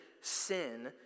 sin